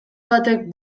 batek